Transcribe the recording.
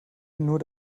nur